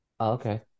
okay